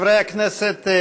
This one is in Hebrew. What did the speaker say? חברי הכנסת,